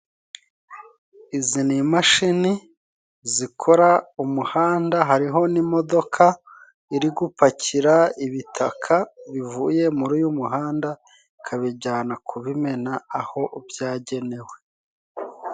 Izi ni imashini zikora umuhanda. Hariho n'imodoka iri gupakira ibitaka bivuye muri uyu muhanda, ikabijyana ku bimena aho byagenewe.